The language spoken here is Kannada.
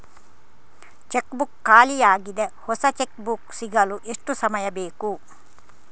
ಚೆಕ್ ಬುಕ್ ಖಾಲಿ ಯಾಗಿದೆ, ಹೊಸ ಚೆಕ್ ಬುಕ್ ಸಿಗಲು ಎಷ್ಟು ಸಮಯ ಬೇಕು?